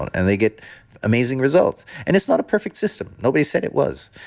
and they get amazing results and it's not a perfect system. nobody's said it was,